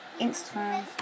Instagram